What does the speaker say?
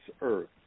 earth